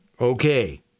Okay